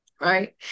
right